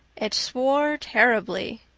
it swore terribly.